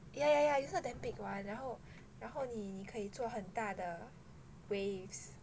ya ya ya you know the big one 然后然后你你可以做很大的 waves